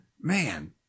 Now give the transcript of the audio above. man